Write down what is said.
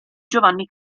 giovanni